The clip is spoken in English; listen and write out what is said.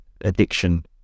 addiction